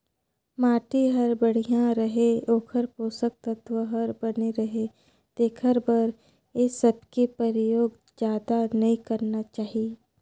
माटी हर बड़िया रहें, ओखर पोसक तत्व हर बने रहे तेखर बर ए सबके परयोग जादा नई करना चाही